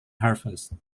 harvest